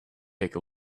take